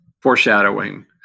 foreshadowing